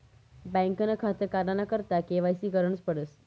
बँकनं खातं काढाना करता के.वाय.सी करनच पडस